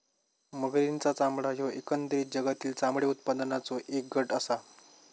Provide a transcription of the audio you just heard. मगरींचा चामडा ह्यो एकंदरीत जगातील चामडे उत्पादनाचों एक गट आसा